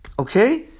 Okay